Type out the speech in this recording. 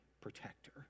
protector